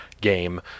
game